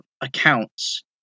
accounts